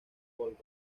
volga